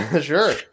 Sure